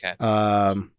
Okay